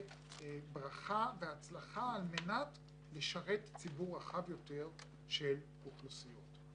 ברכה והצלחה על מנת לשרת ציבור רחב יותר של אוכלוסיות.